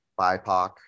BIPOC